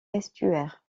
estuaires